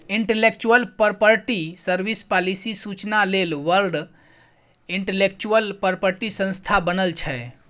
intellectual property service, policy सुचना लेल world intellectual property संस्था बनल छै